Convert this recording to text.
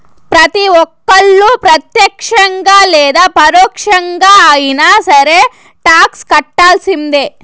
ప్రతి ఒక్కళ్ళు ప్రత్యక్షంగా లేదా పరోక్షంగా అయినా సరే టాక్స్ కట్టాల్సిందే